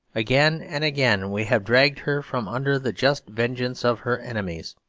again and again we have dragged her from under the just vengeance of her enemies,